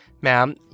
Ma'am